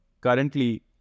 currently